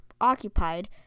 occupied